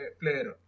player